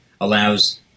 allows